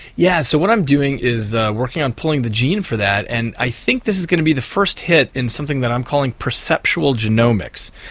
yeah, so what i'm doing is working on pulling the gene for that and i think this is going to be the first hit in something that i'm calling perceptual genomics.